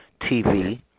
TV